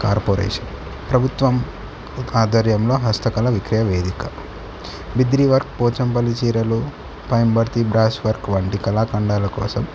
corporation ప్రభుత్వం ఆధ్వర్యంలో హస్తకళ విక్రయ వేదిక బిద్రీ వర్క్ పోచంపల్లి చీరలు పయంబర్తి బ్రాస్ వర్క్ వంటి కళాఖండాల కోసం